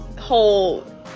whole